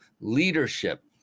leadership